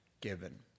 given